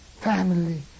family